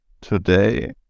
today